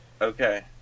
Okay